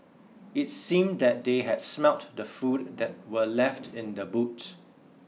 it seemed that they had smelt the food that were left in the boot